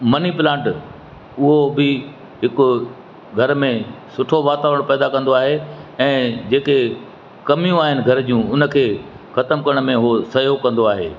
money plant उहो बि हिक घर में सुठो वातावरण पैदा कंदो आहे ऐं जेके कमियूं आहिनि घर जूं उन खे ख़तमु करण में हू सहयोग कंदो आहे